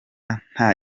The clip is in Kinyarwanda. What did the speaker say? nta